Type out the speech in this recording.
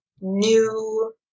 new